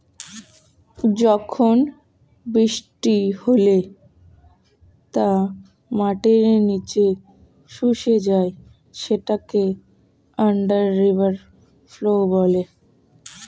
যখন বৃষ্টি হলে তা মাটির নিচে শুষে যায় সেটাকে আন্ডার রিভার ফ্লো বলে